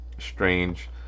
strange